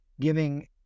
giving